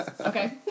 Okay